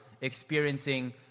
experiencing